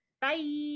bye